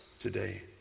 today